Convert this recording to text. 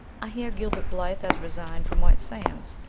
i hear gilbert blythe has resigned from white sands.